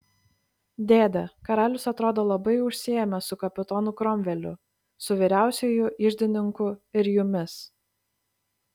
dėde karalius atrodo labai užsiėmęs su kapitonu kromveliu su vyriausiuoju iždininku ir jumis